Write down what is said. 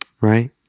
right